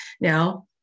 Now